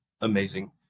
amazing